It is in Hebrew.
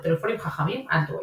ולטלפונים חכמים – אנדרואיד.